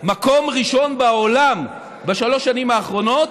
מקום ראשון בעולם בשלוש השנים האחרונות